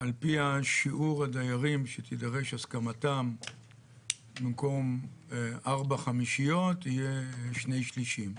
על פי שיעור הדיירים שתידרש הסכמתם במקום ארבע חמישיות יהיה שני שלישים.